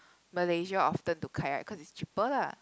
Malaysia often to kayak cause is cheaper lah